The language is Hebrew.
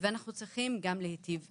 ואנחנו צריכים גם להטיב איתם.